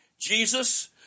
Jesus